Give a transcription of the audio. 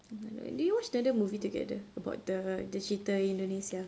did we watch another movie together about the the cerita indonesia